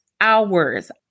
hours